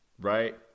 Right